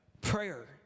prayer